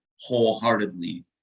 wholeheartedly